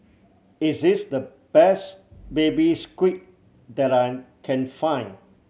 is this the best Baby Squid that I can find